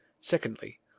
Secondly